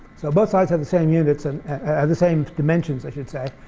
so both sides have the same units and the same dimensions, i should say,